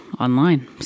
online